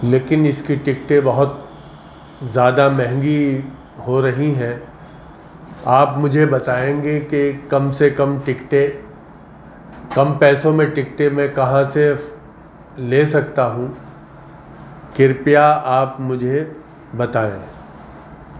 لیکن اس کی ٹکٹیں بہت زیادہ مہنگی ہو رہی ہیں آپ مجھے بتائیں گے کہ کم سے کم ٹکٹیں کم پیسوں میں ٹکٹیں میں کہاں سے لے سکتا ہوں کرپیا آپ مجھے بتائیں